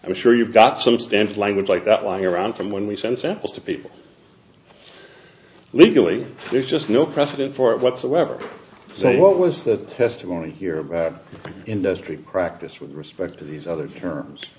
i'm sure you've got some standard language like that lying around from when we sent samples to people legally there's just no precedent for it whatsoever so what was the testimony here industry practice with respect to these other terms